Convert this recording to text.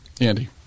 andy